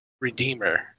Redeemer